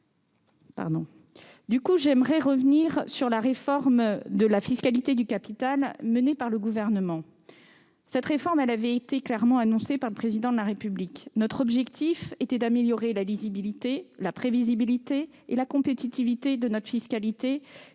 sénateur. J'aimerais revenir sur la réforme de la fiscalité du capital menée par le Gouvernement. Clairement annoncée par le Président de la République, son objectif était d'améliorer la lisibilité, la prévisibilité et la compétitivité de notre fiscalité,